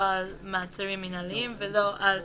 לא על מעצרים מינהליים ולא על